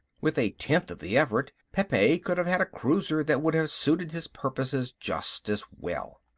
with a tenth of the effort pepe could have had a cruiser that would have suited his purposes just as well.